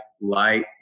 light